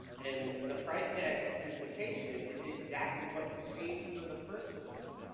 and the price tag of duplication is exactly what you paid for the first system,